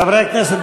חברי הכנסת,